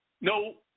No